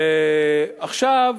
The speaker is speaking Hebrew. עכשיו